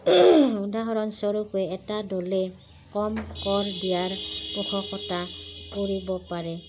উদাহৰণস্বৰূপে এটা দলে কম কৰ দিয়াৰ পোষকতা কৰিব পাৰে